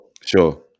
sure